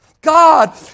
God